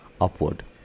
upward